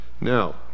now